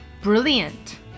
Brilliant